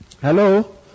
Hello